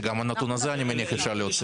אני מניח שגם את הנתון הזה אפשר להוציא.